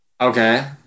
okay